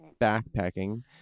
backpacking